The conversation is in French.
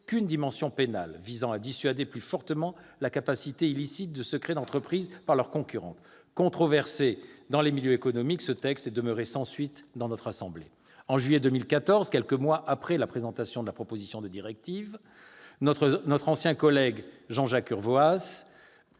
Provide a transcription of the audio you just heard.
qu'une dimension pénale visant à dissuader plus fortement la captation illicite de secrets d'entreprises par leurs concurrentes. Controversé dans les milieux économiques, ce texte est demeuré sans suite devant notre assemblée. En juillet 2014, quelques mois après la présentation de la proposition de directive, notre ancien collègue député Jean-Jacques Urvoas,